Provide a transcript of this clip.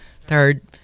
third